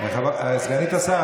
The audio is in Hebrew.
סגנית השר,